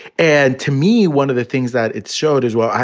and to me, one of the things that it showed as well,